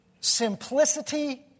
Simplicity